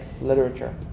literature